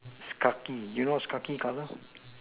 it's khaki you know what is khaki colour